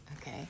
Okay